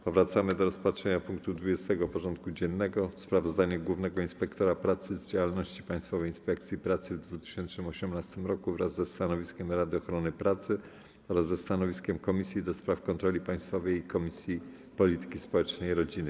Powracamy do rozpatrzenia punktu 20. porządku dziennego: Sprawozdanie Głównego Inspektora Pracy z działalności Państwowej Inspekcji Pracy w 2018 r. wraz ze stanowiskiem Rady Ochrony Pracy oraz ze stanowiskiem Komisji do Spraw Kontroli Państwowej oraz Komisji Polityki Społecznej i Rodziny.